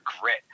grit